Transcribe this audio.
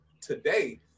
Today